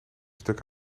stuk